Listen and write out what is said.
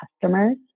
customers